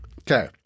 okay